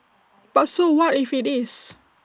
but so what if IT is